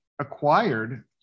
acquired